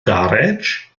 garej